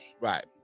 Right